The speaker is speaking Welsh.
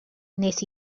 wnes